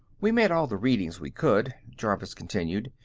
we made all the readings we could, jervis continued.